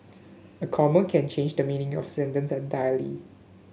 a comma can change the meaning of sentence entirely